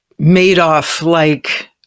Madoff-like